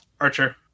Archer